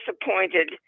disappointed